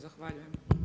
Zahvaljujem.